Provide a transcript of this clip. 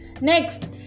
next